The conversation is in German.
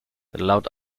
laut